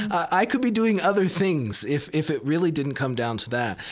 i could be doing other things if if it really didn't come down to that.